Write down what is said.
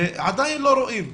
עדיין לא רואים אותם.